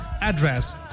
address